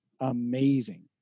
amazing